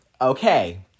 Okay